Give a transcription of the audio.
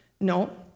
No